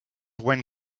when